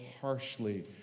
harshly